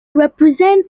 represent